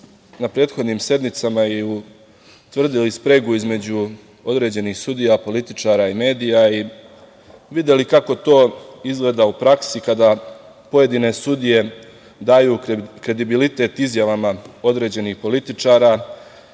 na prethodnim sednicama i utvrdili spregu između određenih sudija, političara i medija i videli kako to izgleda u praksi kada pojedine sudije daju kredibilitet izjavama određenih političara